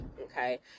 okay